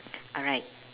alright